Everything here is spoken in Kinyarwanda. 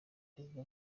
perezida